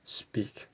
speak